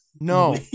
No